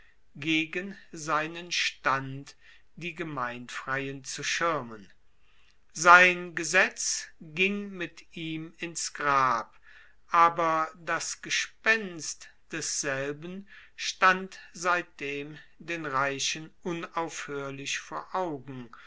gegen seinen stand die gemeinfreien zu schirmen sein gesetz ging mit ihm ins grab aber das gespenst desselben stand seitdem den reichen unaufhoerlich vor augen